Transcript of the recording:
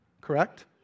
Correct